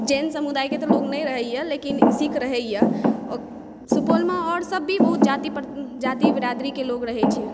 जैन समुदायके लोग तऽ नहि रहैए लेकिन सिक्ख रहैए सुपौलमे आओर सब भी बहुत जाति बिरादरीकेँ लोग रहै छै